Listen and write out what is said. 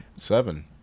Seven